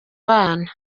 bana